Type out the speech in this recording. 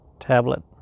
tablet